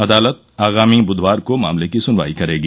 अदालत आगामी ब्धवार को मामले की सुनवाई करेगी